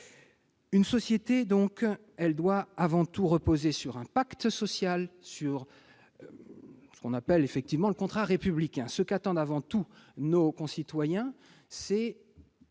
Une société doit avant tout reposer sur un pacte social, ce que l'on appelle le « contrat républicain ». Ce qu'attendent avant tout nos concitoyens, c'est